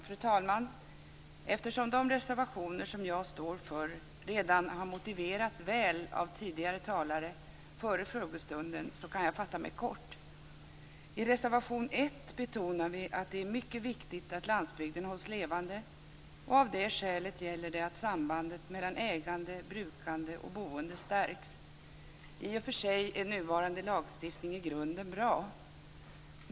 Fru talman! Eftersom de reservationer som jag står för redan har motiverats väl av tidigare talare före frågestunden kan jag fatta mig kort. I reservation 1 betonar vi att det är mycket viktigt att landsbygden hålls levande, och av de skälet gäller det att sambandet mellan ägande, brukande och boende stärks. I och för sig är nuvarande lagstiftning i grunden bra.